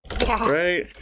Right